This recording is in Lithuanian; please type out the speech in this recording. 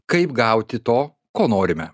kaip gauti to ko norime